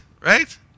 right